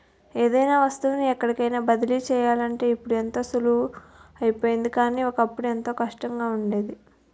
ఏదైనా వస్తువుని ఎక్కడికైన బదిలీ చెయ్యాలంటే ఇప్పుడు ఎంతో సులభం అయిపోయింది కానీ, ఒకప్పుడు ఎంతో కష్టంగా ఉండేది